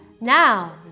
Now